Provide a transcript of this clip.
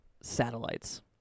satellites